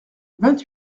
vingt